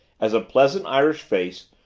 as a pleasant irish face,